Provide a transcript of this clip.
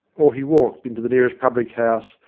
or he walked into the nearest public-house,